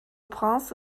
prince